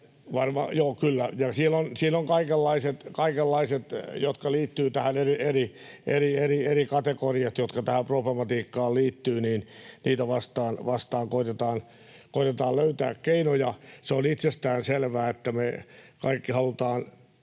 kyllä. — Siinä on kaikenlaiset eri kategoriat, jotka tähän problematiikkaan liittyvät, niitä vastaan koetetaan löytää keinoja. Se on itsestään selvää, että me kaikki halutaan